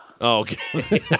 Okay